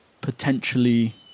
potentially